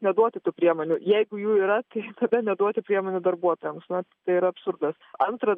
neduoti tų priemonių jeigu jų yra tai tada neduoti priemonių darbuotojams na tai yra absurdas antra